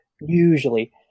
Usually